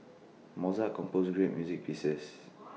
Mozart composed great music pieces